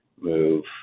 move